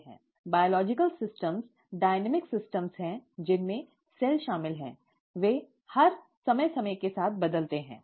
जैविक प्रणाली गतिशील प्रणाली हैं जिनमें सेल शामिल हैं वे हर समय समय के साथ बदलते हैं